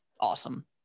awesome